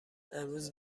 امروز